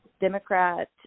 Democrat